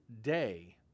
day